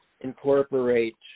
incorporate